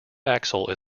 axle